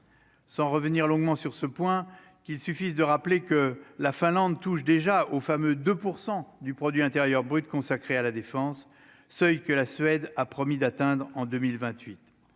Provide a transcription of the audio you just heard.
Sans revenir longuement sur ce point qu'il suffise de rappeler que la Finlande touche déjà au fameux 2 % du produit intérieur brut consacré à la défense, seuil que la Suède a promis d'atteindre en 2028